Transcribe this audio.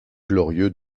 glorieux